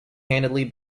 handedly